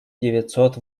девятьсот